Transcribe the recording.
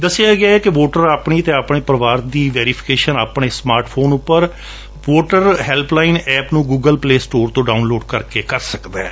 ਦੱਸਿਆ ਗਿਐ ਕਿ ਵੋਟਰ ਆਪਣੀ ਅਤੇ ਆਪਣੇ ਪਰਿਵਾਰ ਦੀ ਵੈਰਿਫਿਕੇਸ਼ਨ ਆਪਣੇ ਸਮਾਰਟ ਫੋਨ ਊਪਰ ਵੋਟਰ ਹੈਲਪਲਾਈਨ ਐਪ ਨੂੰ ਗੁਗਲ ਪਲੇ ਸਟੋਰ ਤੋ ਡਾਊਨਲੋਡ ਕਰਕੇ ਕਰ ਸਕਦਾ ਹੈ